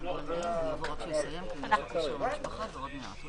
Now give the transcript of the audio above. המשך הדיון מאתמול.